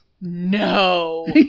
No